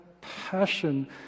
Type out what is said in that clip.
passion